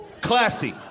Classy